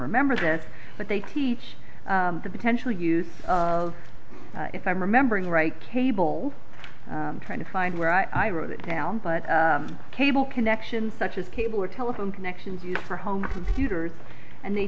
remember this but they teach the potential use of if i'm remembering right table trying to find where i wrote it down but cable connection such as abler telephone connections use for home computers and they